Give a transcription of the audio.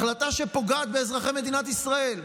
החלטה שפוגעת באזרחי מדינת ישראל?